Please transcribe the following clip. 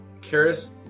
Karis